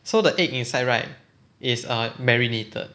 so the egg inside right is err marinated